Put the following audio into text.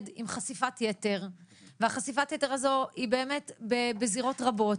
עם חשיפת יתר וחשיפת היתר הזו היא בזירות רבות